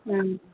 ꯎꯝ